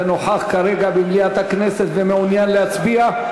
נוכח כרגע במליאת הכנסת ומעוניין להצביע?